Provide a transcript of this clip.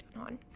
on